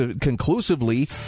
conclusively